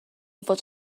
fod